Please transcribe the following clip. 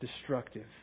destructive